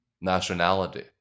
nationality